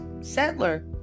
settler